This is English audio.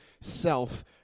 self